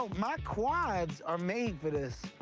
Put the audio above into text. ah my quads are made for this.